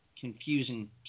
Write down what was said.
confusing